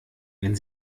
wenn